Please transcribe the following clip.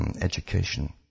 education